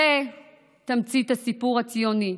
זו תמצית הסיפור הציוני.